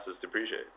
depreciate